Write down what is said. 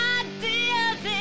ideas